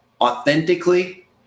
authentically